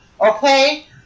Okay